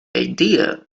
idea